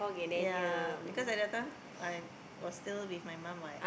ya because at that time I was still with my mum what